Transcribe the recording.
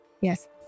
Yes